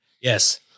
Yes